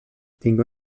tingué